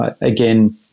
again